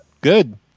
Good